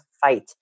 fight